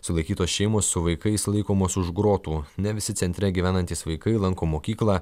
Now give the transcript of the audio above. sulaikytos šeimos su vaikais laikomos už grotų ne visi centre gyvenantys vaikai lanko mokyklą